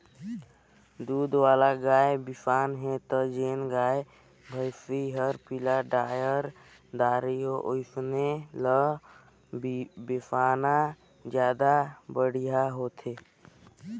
दूद वाला गाय बिसाना हे त जेन गाय, भइसी हर पिला डायर दारी से ओइसन ल बेसाना जादा बड़िहा होथे